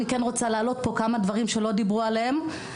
אני רוצה להעלות כאן מספר דברים שלא דיברו עליהם.